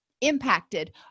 impacted